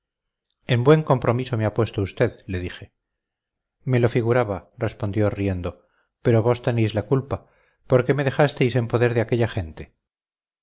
en buen compromiso me ha puesto usted le dije me lo figuraba respondió riendo pero vos tenéis la culpa por qué me dejasteis en poder de aquella gente